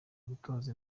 gutoza